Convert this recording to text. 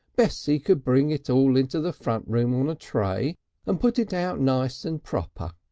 bessie could bring it all into the front room on a tray and put it out nice and proper.